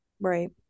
Right